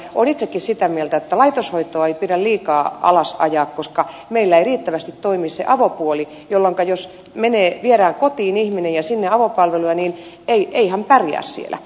olen itsekin sitä mieltä että laitoshoitoa ei pidä liikaa alas ajaa koska meillä ei riittävästi toimi se avopuoli jolloinka jos viedään kotiin ihminen ja sinne avopalveluja niin ei hän pärjää siellä